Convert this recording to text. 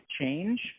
change